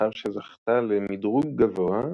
ולאחר שזכתה למדרוג גבוה,